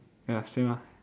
ya same ah